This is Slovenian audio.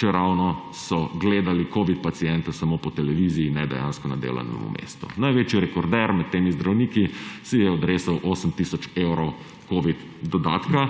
čeravno so gledali covid paciente samo po televiziji in ne dejansko na delovnem mestu. Največji rekorder med temi zdravniki si je odrezal 8 tisoč evrov covid dodatka.